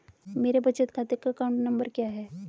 मेरे बचत खाते का अकाउंट नंबर क्या है?